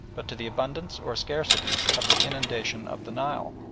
but to the abundance or scarcity of the inundation of the nile.